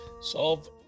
solve